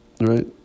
Right